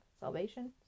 salvation